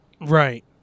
right